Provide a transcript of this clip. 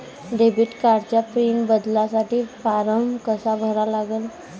Debit कार्डचा pin बदलासाठी form कसा भरा लागन?